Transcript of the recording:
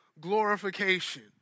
glorification